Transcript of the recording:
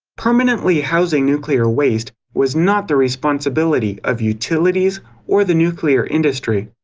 permanently housing nuclear waste was not the responsibility of utilities or the nuclear industry.